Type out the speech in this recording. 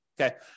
Okay